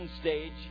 stage